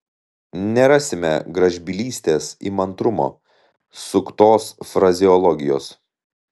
nerasime gražbylystės įmantrumo suktos frazeologijos